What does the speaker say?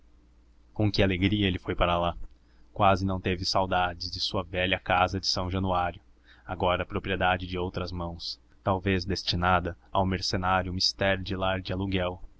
com que alegria ele foi para lá quase não teve saudades de sua velha casa de são januário agora propriedade de outras mãos talvez destinada ao mercenário mister de lar de aluguel